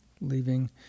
leaving